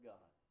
God